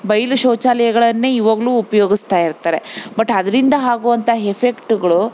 ಬಯಲು ಶೌಚಾಲಯಗಳನ್ನೇ ಇವಾಗಲು ಉಪಯೋಗಸ್ತಾ ಇರ್ತಾರೆ ಬಟ್ ಅದ್ರಿಂದ ಆಗುವಂತ ಎಫೆಕ್ಟುಗುಳು